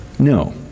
No